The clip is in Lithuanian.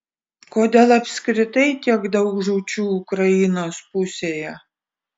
kodėl apskritai tiek daug žūčių ukrainos pusėje